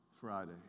Friday